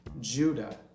Judah